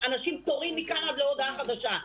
תורים מכאן ועד להודעה חדשה.